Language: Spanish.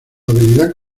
habilidad